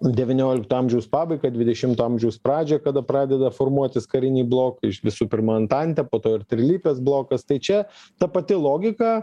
devyniolikto amžiaus pabaigą dvidešimto amžiaus pradžią kada pradeda formuotis kariniai blokai visų pirma antantė po to ir trilypės blokas tai čia ta pati logika